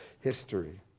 history